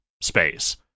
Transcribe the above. space